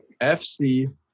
FC